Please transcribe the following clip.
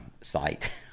site